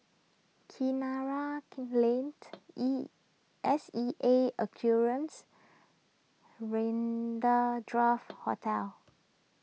Kinara Lane E S E A Aquariums Hotel